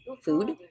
food